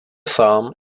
sám